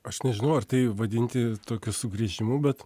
aš nežinau ar tai vadinti tokius sugrįžimu bet